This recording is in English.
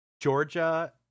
Georgia